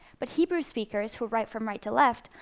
but hebrew speakers who write from right to left,